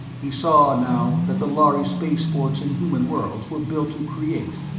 he saw, now, that the lhari spaceports in human worlds were built to create,